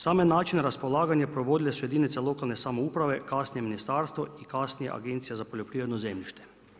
Sam način raspolaganja provodile su jedinice lokalne samouprave kasnije ministarstvo i kasnije Agencije za poljoprivredno zemljište.